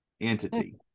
entity